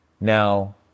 Now